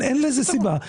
אין לזה סיבה.